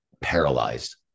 paralyzed